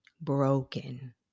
broken